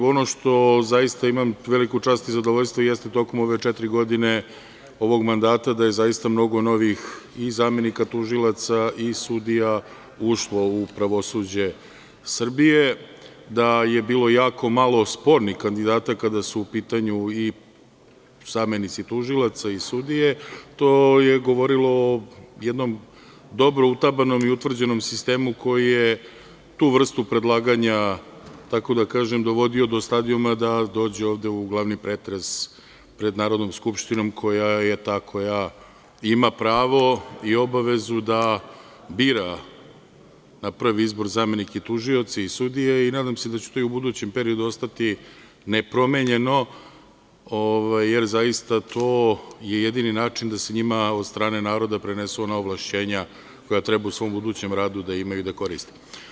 Ono što zaista imam veliku čast i zadovoljstvo jeste da je tokom ove četiri godine ovog mandata zaista mnogo novih i zamenika tužilaca i sudija ušlo u pravosuđe Srbije, da je bilo jako malo spornih kandidata kada su u pitanju i zamenici tužilaca i sudije, to je govorilo o jednom dobro utabanom i utvrđenom sistemu koji je tu vrstu predlaganja, tako da kažem, dovodio do stadijuma da dođe ovde u glavni pretres pred Narodnom skupštinom, koja je ta koja ima pravo i obavezu da bira na prvi izbor zamenike, tužioce i sudije i nadam se da će to i u budućem periodu ostati nepromenjeno, jer to je jedini način da se njima od strane naroda prenesu ona ovlašćenja koja treba u svom budućem radu da imaju i da koriste.